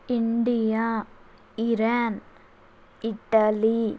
India Iran Italy